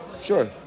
Sure